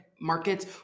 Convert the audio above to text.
markets